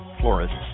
florists